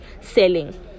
selling